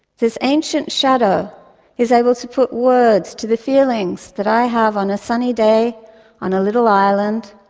this ancient shadow is able to put words to the feelings that i have on a sunny day on a little island,